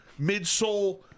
midsole